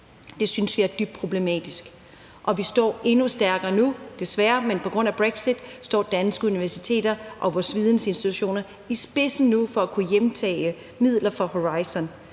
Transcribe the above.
Det synes vi er dybt problematisk. Vi står endnu stærkere nu, og på grund af brexit, desværre, står danske universiteter og vores vidensinstitutioner nu i spidsen med hensyn til at kunne hjemtage midler fra Horizon